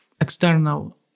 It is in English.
external